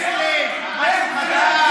עכשיו זה המיינסטרים, משהו חדש.